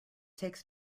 takes